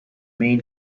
main